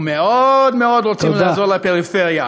ומאוד מאוד רוצים לעזור לפריפריה,